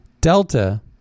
Delta